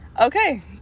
Okay